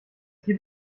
gibt